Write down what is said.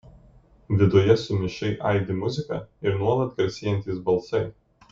viduje sumišai aidi muzika ir nuolat garsėjantys balsai